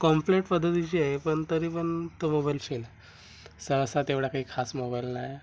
complete पद्धतीची आहे पण तरी पण तो मोबाईल फेल आहे सहसा तेवढा काही खास मोबाईल नाही